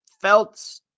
felt